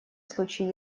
случае